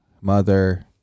mother